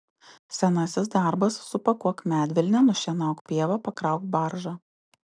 senasis darbas supakuok medvilnę nušienauk pievą pakrauk baržą